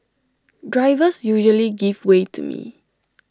drivers usually give way to me